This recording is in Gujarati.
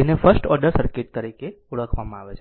જેને ફર્સ્ટ ઓર્ડર સર્કિટ તરીકે ઓળખવામાં આવે છે